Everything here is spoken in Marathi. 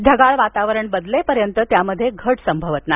ढगाळ वातावरण बदलेपर्यंत त्यात घट संभवत नाही